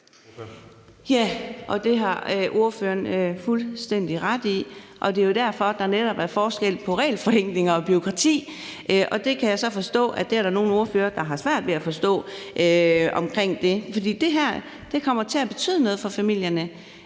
Ja, det har ordføreren fuldstændig ret i, og det er jo derfor, der netop er forskel på regelforenklinger og bureaukrati. Det kan jeg så forstå at der er nogle ordførere der har svært ved at forstå. Det her kommer til at betyde noget for familierne.